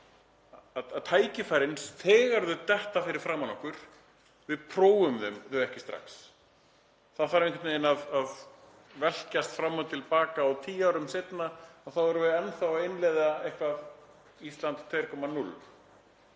Þegar tækifærin detta fyrir framan okkur þá prófum við þau ekki strax. Það þarf einhvern veginn að velkjast fram og til baka og tíu árum seinna erum við enn þá að innleiða eitthvað Ísland 2,0.